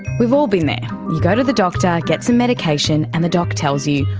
we've all been there you go to the doctor, get some medication and the doc tells you,